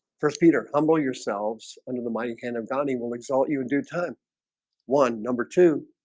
for peter humble yourselves under the mighty hand of god. he will exalt you in due time one number two